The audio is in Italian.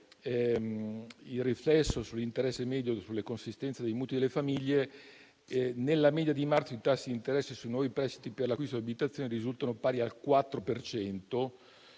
il riflesso sul tasso d'interesse medio sulle consistenze dei mutui delle famiglie, nella media di marzo i tassi di interesse sui nuovi prestiti per l'acquisto di abitazioni risultano pari al 4